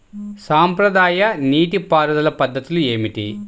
సాంప్రదాయ నీటి పారుదల పద్ధతులు ఏమిటి?